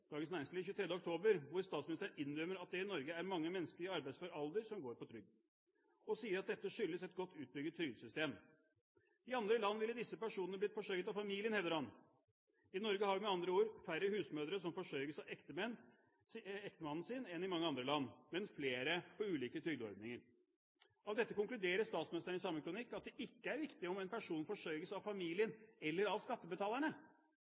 Dagens Næringsliv, 23. oktober, hvor statsministeren innrømmer at det i Norge er mange mennesker i arbeidsfør alder som går på trygd, og sier at dette skyldes et godt utbygd trygdesystem. I andre land ville disse personene blitt forsørget av familien, hevder han. I Norge har vi med andre ord færre husmødre som forsørges av ektemannen sin enn i mange andre land, men flere på ulike trygdeordninger.» Av dette konkluderer statsministeren i samme kronikk at det ikke er viktig om en person forsørges av familien eller av skattebetalerne